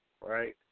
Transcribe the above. right